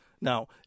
Now